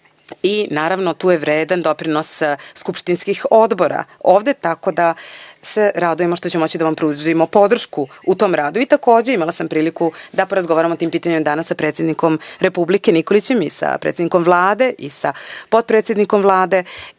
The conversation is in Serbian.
Tu je vredan doprinos skupštinskih odbora, tako da se radujemo što ćemo moći da vam pružimo podršku u tom radu. Imala sam priliku da porazgovaram o tim pitanjima sa predsednikom Republike Nikolićem, sa predsednikom Vlade i sa potpredsednikom Vlade.